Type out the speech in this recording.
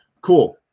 Cool